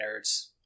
nerds